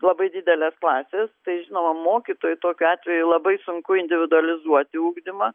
labai didelės klasės tai žinoma mokytojui tokiu atveju labai sunku individualizuoti ugdymą